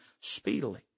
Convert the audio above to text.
speedily